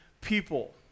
people